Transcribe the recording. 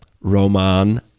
Roman